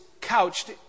couched